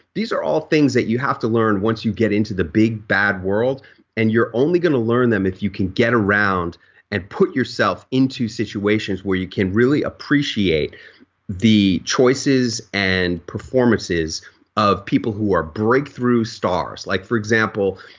these are all things that you have to learn once you get into the big bad world and you're only going to learn them if you can get around and put yourself into situations where you can really appreciate the choices and performances of people who are breakthrough stars like for example,